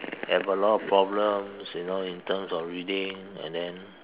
have a lot of problems you know in terms of reading and then